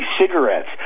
cigarettes